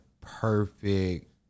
perfect